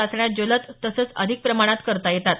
चाचण्या जलद तसंच अधिक प्रमाणात करता येतात